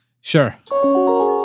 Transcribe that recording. Sure